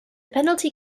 penalty